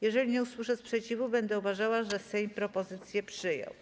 Jeżeli nie usłyszę sprzeciwu, będę uważała, że Sejm propozycję przyjął.